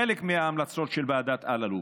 חלק מההמלצות של ועדת אלאלוף.